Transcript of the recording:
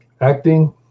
Acting